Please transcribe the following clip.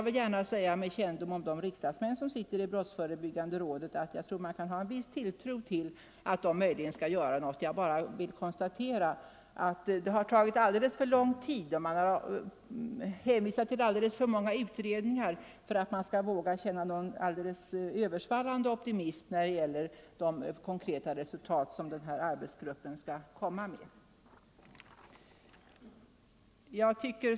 Med kännedom om de riksdagsmän som sitter i brottsförebyggande rådet vill jag gärna säga, att man kan hysa en viss tilltro till att de skall uträtta något. Men det har tagit alldeles för lång tid och man har hänvisat till alldeles för många utredningar för att jag skall våga känna någon översvallande optimism när det gäller denna arbetsgrupps konkreta resultat.